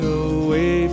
away